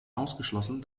ausgeschlossen